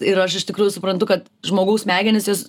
ir aš iš tikrųjų suprantu kad žmogaus smegenys